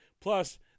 Plus